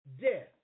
Death